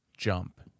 jump